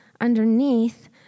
underneath